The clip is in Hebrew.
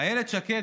אילת שקד,